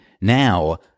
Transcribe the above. now